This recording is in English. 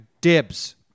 Dibs